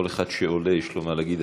כל אחד שעולה יש לו מה להגיד.